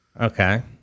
Okay